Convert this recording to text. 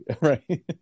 Right